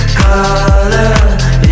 color